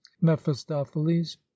mephistopheles